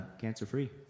cancer-free